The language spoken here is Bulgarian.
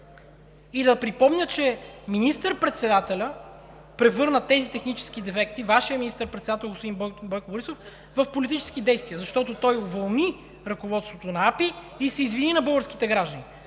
Да припомня, че министър-председателят превърна тези технически дефекти, Вашият министър-председател господин Бойко Борисов, в политически действия, защото той уволни ръководството на АПИ и се извини на българските граждани.